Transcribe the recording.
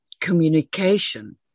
communication